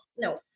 No